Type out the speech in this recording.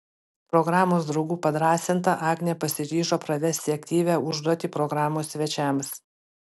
programos draugų padrąsinta agnė pasiryžo pravesti aktyvią užduotį programos svečiams